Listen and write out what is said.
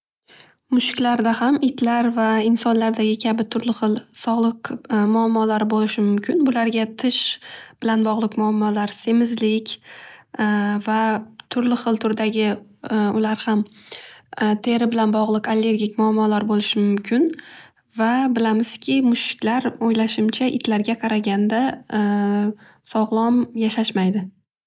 Mushuklarda ham itlar va insonlardagi kabi turli xil sog'liq muammolari bo'lishi mumkin. Bularga tish bilan bog'liq muammolar, semizlik va turli xil turdagi ular ham teri bilan bog'liq allergik muammolar bo'lishi mumkin. Va bilamizki mushuklar o'ylashimcha itlarga qaraganda sog'lom yashashmaydi.